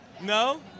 No